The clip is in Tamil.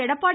எடப்பாடி